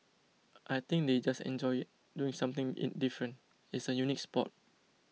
I think they just enjoy doing something it different it's a unique sport